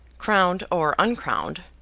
crowned or uncrowned,